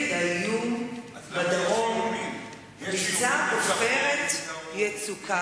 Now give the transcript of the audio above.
אנחנו הולכים וממשיכים את ההידרדרות שמר